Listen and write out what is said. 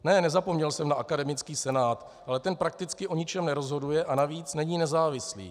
Ne, nezapomněl jsem na akademický senát, ale ten prakticky o ničem nerozhoduje a navíc není nezávislý.